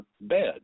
bed